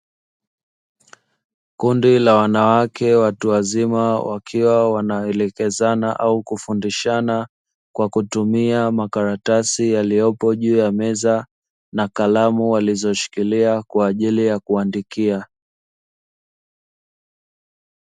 Kundi la wanawake watu wazima, wakiwa wanaelekezana au kufundishana kwa kutumia makaratasi yaliyopo juu ya meza, na kalamu walizoshikilia kwa ajili ya kuandikia.